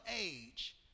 age